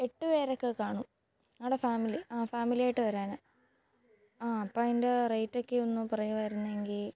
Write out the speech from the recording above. എട്ട് പേരൊക്കെ കാണും ഞങ്ങളുടെ ഫാമിലി ആ ഫാമിലിയായിട്ട് വരാനാണ് ആ അപ്പോള് അതിൻ്റെ റേറ്റൊക്കെ ഒന്ന് പറയുമായിരുന്നെങ്കില്